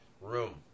room